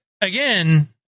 again